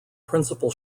principal